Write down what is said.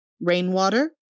rainwater